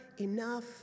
enough